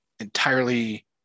entirely